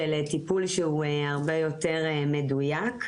של טיפול שהוא הרבה יותר מדויק.